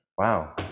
Wow